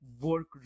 work